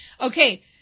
Okay